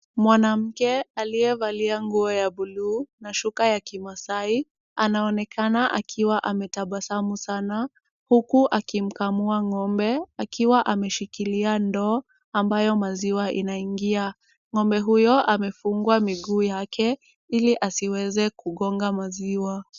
Mwanamke aliyevalia nguo ya blue na shuka ya kimaasai, anaonekana akiwa ametabasamu sana, huku akimkamua ng'ombe akiwa ameshikilia ndoo ambayo maziwa inaingia. Ng'ombe huyo amefungwa miguu yake ili asiweze kugonga maziwa.